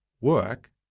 work